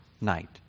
night